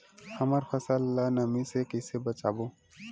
हमर फसल ल नमी से क ई से बचाबो?